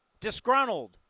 disgruntled